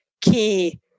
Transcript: key